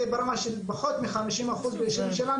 זה ברמה של פחות מ-50 אחוזים בישובים שלנו